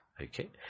Okay